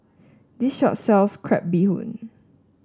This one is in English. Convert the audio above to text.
this shop sells Crab Bee Hoon